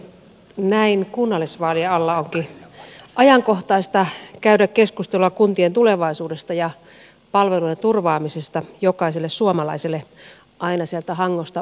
näin kunnallisvaalien alla onkin ajankohtaista käydä keskustelua kuntien tulevaisuudesta ja palvelujen turvaamisesta jokaiselle suomalaiselle aina sieltä hangosta utsjoelle